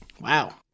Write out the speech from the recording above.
Wow